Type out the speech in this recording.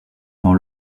dans